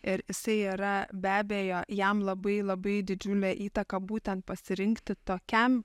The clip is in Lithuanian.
ir jisai yra be abejo jam labai labai didžiulę įtaką būtent pasirinkti tokiam